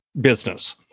business